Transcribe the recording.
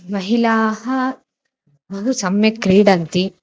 महिलाः बहु सम्यक् क्रीडन्ति